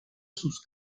sus